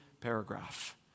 paragraph